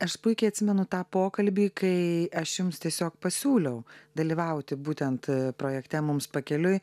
aš puikiai atsimenu tą pokalbį kai aš jums tiesiog pasiūliau dalyvauti būtent projekte mums pakeliui